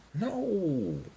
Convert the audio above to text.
No